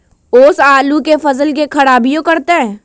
ओस आलू के फसल के खराबियों करतै?